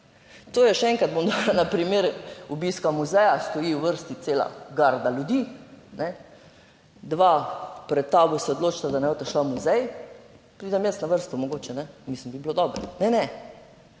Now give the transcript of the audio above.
To je, še enkrat bom dala, na primer obiska muzeja, stoji v vrsti cela garda ljudi, ne dva pred tabo, se odločila, da ne bosta šla v muzej. Pridem jaz na vrsto, mogoče ne mislim, da bi bilo dobro. Ne, ne.